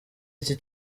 iki